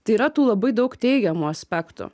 tai yra tų labai daug teigiamų aspektų